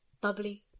bubbly